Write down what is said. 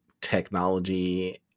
technology